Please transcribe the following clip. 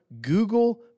Google